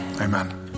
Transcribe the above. Amen